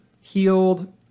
healed